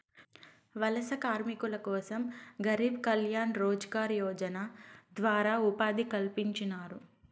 వలస కార్మికుల కోసం గరీబ్ కళ్యాణ్ రోజ్గార్ యోజన ద్వారా ఉపాధి కల్పించినారు